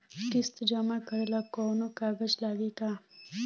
किस्त जमा करे ला कौनो कागज लागी का?